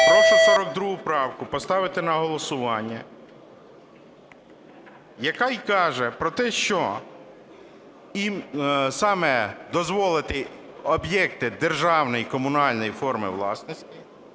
Прошу 42 правку поставити на голосування, яка і каже про те, що їм саме дозволити об'єкти державної і комунальної форми власності